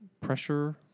pressure